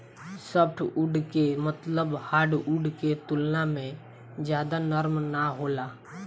softwood के मतलब hardwood के तुलना में ज्यादा नरम ना होला